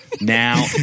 now